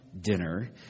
dinner